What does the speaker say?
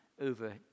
over